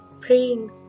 praying